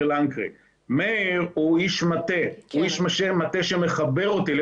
מאיר הוא איש מטה שמחבר אותי,